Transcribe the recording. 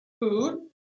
food